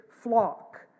flock